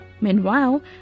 Meanwhile